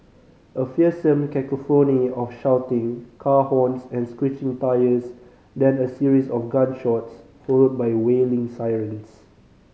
a fearsome cacophony of shouting car horns and screeching tyres then a series of gunshots followed by wailing sirens